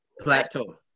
Plateau